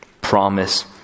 Promise